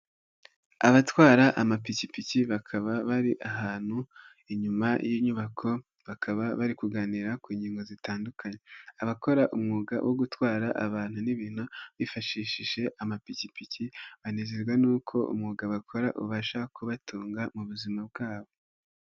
Abatwara amapikipiki, bakaba bari ahantu inyuma y'inyubako, bakaba bari kuganira ku ngingo zitandukanye. Abakora umwuga wo gutwara abantu n'ibintu bifashishije amapikipiki, banezezwa n'uko umwuga bakora ubasha kubatunga mu buzima bwabo.